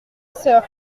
sœur